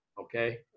okay